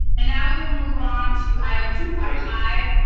and now we will move on to item two point five.